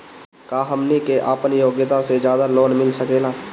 का हमनी के आपन योग्यता से ज्यादा लोन मिल सकेला?